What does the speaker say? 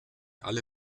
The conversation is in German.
alle